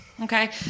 Okay